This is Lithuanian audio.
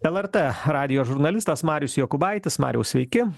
lrt radijo žurnalistas marius jokūbaitis mariau sveiki